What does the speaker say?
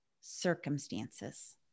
circumstances